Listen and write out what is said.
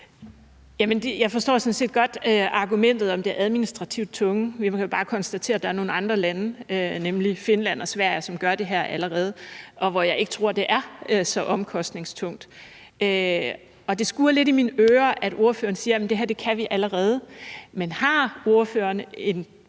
Jeg forstår sådan set godt argumentet om det administrativt tunge. Vi kan bare konstatere, at der er nogle andre lande, nemlig Finland og Sverige, som allerede gør det her, og hvor jeg ikke tror, det er så omkostningstungt. Og det skurrer lidt i mine ører, at ordføreren siger, at det her kan vi allerede. Men har ordføreren en